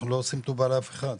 אנחנו לא עושים טובה לאף אחד.